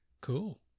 Cool